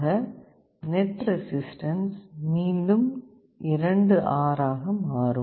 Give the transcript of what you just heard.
ஆக net resistance மீண்டும் 2 R ஆக மாறும்